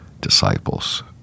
disciples